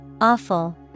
Awful